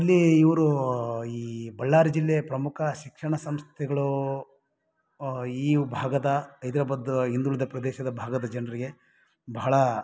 ಇಲ್ಲಿ ಇವರು ಈ ಬಳ್ಳಾರಿ ಜಿಲ್ಲೆಯ ಪ್ರಮುಖ ಶಿಕ್ಷಣ ಸಂಸ್ಥೆಗಳು ಈ ಭಾಗದ ಹೈದ್ರಾಬಾದ ಹಿಂದುಳಿದ ಪ್ರದೇಶದ ಭಾಗದ ಜನರಿಗೆ ಬಹಳ